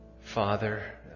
Father